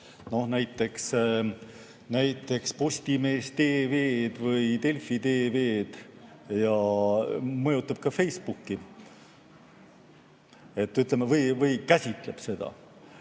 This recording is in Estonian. näiteks Postimees TV-d või Delfi TV-d, ja mõjutab ka Facebooki või, ütleme, käsitleb seda.